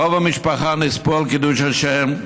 רוב המשפחה נספו על קידוש השם.